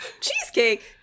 Cheesecake